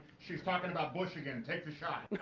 she's talking about bush again, take the shot.